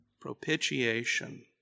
Propitiation